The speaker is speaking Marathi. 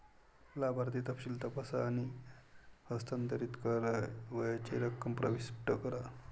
लाभार्थी तपशील तपासा आणि हस्तांतरित करावयाची रक्कम प्रविष्ट करा